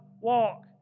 walk